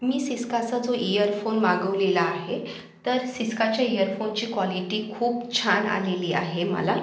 मी सिस्काचा जो इयरफोन मागवलेला आहे तर सिस्काच्या इयरफोनची क्वॉलिटी खूप छान आलेली आहे मला